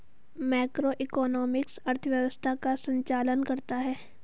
macroeconomics अर्थव्यवस्था का संचालन करता है